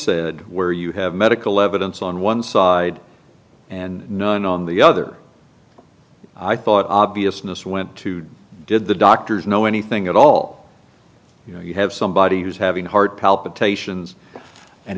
said where you have medical evidence on one side and none on the other i thought obviousness went to did the doctors know anything at all you know you have somebody who's having heart palpitations and